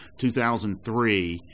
2003